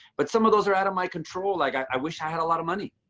but some of those are out of my control. like, i wish i had a lot of money.